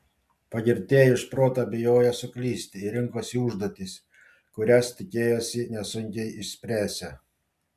pagirtieji už protą bijojo suklysti ir rinkosi užduotis kurias tikėjosi nesunkiai išspręsią